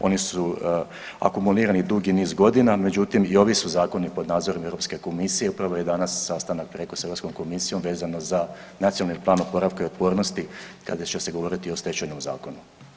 Oni su akumulirani dugi niz godina, međutim i ovi su zakoni pod nadzorom Europske komisije, upravo je i danas sastanak …/nerazumljivo/… s Europskom komisijom vezano za Nacionalni plan oporavka i otpornosti kada će se govoriti i o Stečajnom zakonu.